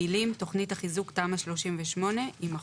המילים "תכנית החיזוק (תמ"א 38) יימחקו,